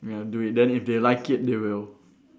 ya do it then if they like it they will